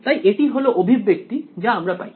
তাই এটি হলো অভিব্যক্তি যা আমরা পাই